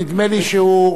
נדמה לי שחֶנין,